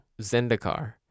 Zendikar